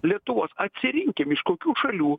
lietuvos atsirinkim iš kokių šalių